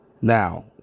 Now